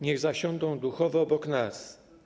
Niech zasiądą duchowo obok nas.